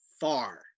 far